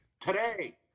today